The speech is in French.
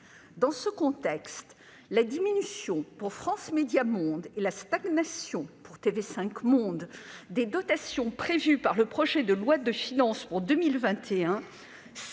Dans ce contexte, la diminution, pour FMM, et la stagnation, pour TV5 Monde, des dotations prévues par le projet de loi de finances pour 2021,